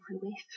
relief